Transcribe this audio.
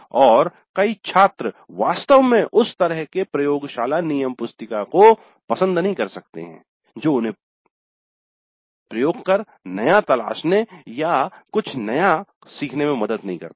और कई छात्र वास्तव में उस तरह के प्रयोगशाला नियम पुस्तिका को पसंद नहीं कर सकते हैं जो उन्हें प्रयोग कर नया तलाशने या कुछ नया सीखने में मदद नहीं करता है